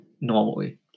normally